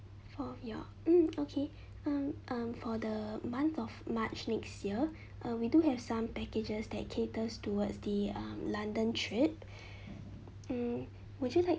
four of you hmm okay um um for the month of march next year uh we do have some packages that caters towards the um london trip hmm would you like